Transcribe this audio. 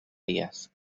dies